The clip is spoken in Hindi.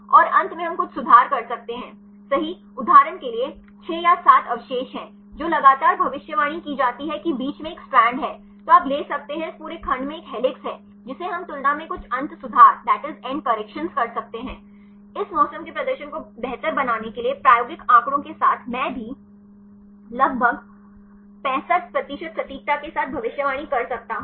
और अंत में हम कुछ सुधार कर सकते हैं सही उदाहरण के लिए 6 या 7 अवशेष हैं जो लगातार भविष्यवाणी की जाती है कि बीच में एक स्ट्रैंड है तो आप ले सकते हैं इस पूरे खंड में एक हेलिक्स है जिसे हम तुलना में कुछ अंत सुधार कर सकते हैं इस मौसम के प्रदर्शन को बेहतर बनाने के लिए प्रायोगिक आंकड़ों के साथ मैं भी लगभग 65 प्रतिशत सटीकता के साथ भविष्यवाणी कर सकता हूं